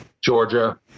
georgia